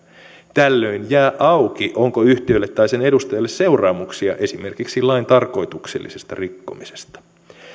tällöin jää auki onko yhtiölle tai sen edustajalle seuraamuksia esimerkiksi lain tarkoituksellisesta rikkomisesta